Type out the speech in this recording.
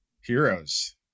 Heroes